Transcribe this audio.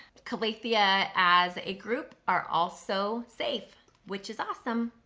calathea as a group are also safe which is awesome,